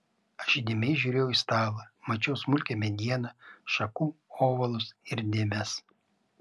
aš įdėmiai žiūrėjau į stalą mačiau smulkią medieną šakų ovalus ir dėmes